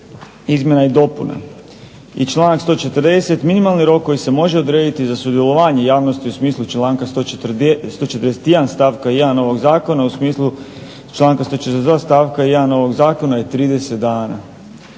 izmjena i dopuna". I članak 140., minimalni rokovi se može odrediti za sudjelovanje javnosti u smislu članka 141. stavka 1. ovog zakona u smislu